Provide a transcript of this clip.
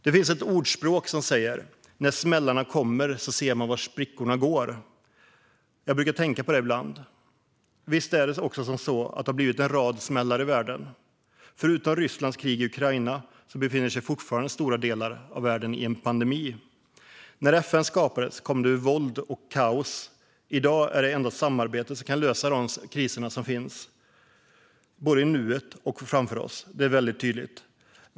Det finns ett ordspråk som lyder: När smällarna kommer ser man var sprickorna går. Jag brukar tänka på det ibland. Visst är det så att det har blivit en rad smällar i världen - förutom Rysslands krig i Ukraina befinner sig stora delar av världen i en pandemi. FN skapades ur våld och kaos, och i dag är det endast samarbete som kan lösa de kriser som finns både i nuet och framöver. Det är väldigt tydligt.